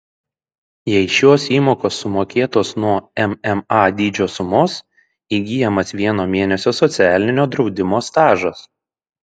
jei šios įmokos sumokėtos nuo mma dydžio sumos įgyjamas vieno mėnesio socialinio draudimo stažas